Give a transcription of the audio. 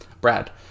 Brad